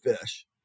fish